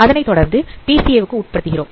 அதனை தொடர்ந்து பிசிஏ க்கு வுட் படுத்துகிறோம்